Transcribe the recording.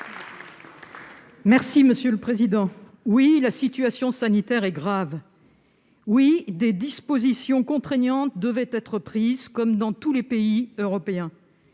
et Républicain. Oui, la situation sanitaire est grave. Oui, des dispositions contraignantes devaient être prises, comme dans tous les pays européens.